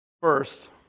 First